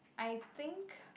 I think